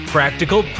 Practical